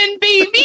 baby